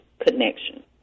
connection